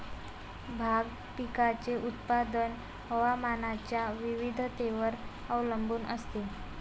भाग पिकाचे उत्पादन हवामानाच्या विविधतेवर अवलंबून असते